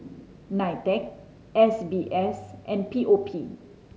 NITEC S B S and P O P